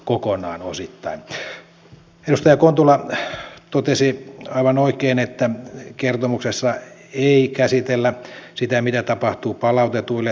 edustaja kontula totesi aivan oikein että kertomuksessa ei käsitellä sitä mitä tapahtuu palautetuille turvapaikanhakijoille